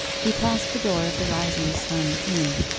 he passed the door of the rising sun inn.